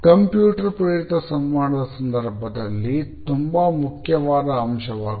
computer ಪ್ರೇರಿತ ಸಂವಹನದ ಸಂದರ್ಭದಲ್ಲಿ ಸಮಯ ತುಂಬಾ ಮುಖ್ಯವಾದ ಅಂಶವಾಗುತ್ತದೆ